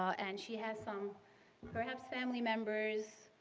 and she has some perhaps family members,